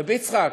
רב יצחק,